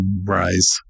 rise